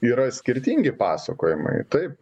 yra skirtingi pasakojimai taip